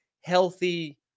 healthy